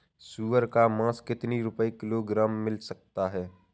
सुअर का मांस कितनी रुपय किलोग्राम मिल सकता है?